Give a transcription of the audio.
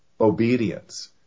Obedience